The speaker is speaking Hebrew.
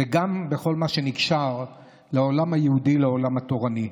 זה גם בכל מה שנקשר לעולם היהודי, לעולם התורני.